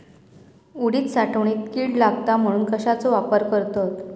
उडीद साठवणीत कीड लागात म्हणून कश्याचो वापर करतत?